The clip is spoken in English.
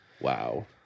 wow